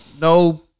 no